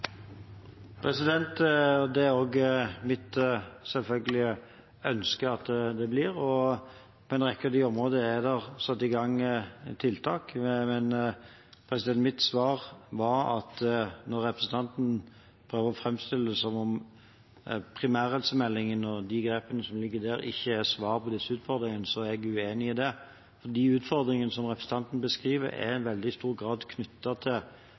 Det er det selvfølgelig også mitt ønske at de blir, og på en rekke av de områdene er det satt i gang tiltak. Men mitt svar var at når representanten prøver å framstille det som om primærhelsemeldingen og de grepene som ligger der, ikke er svar på disse utfordringene, så er jeg uenig i det. De utfordringene som representanten beskriver, er i veldig stor grad knyttet til